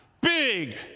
big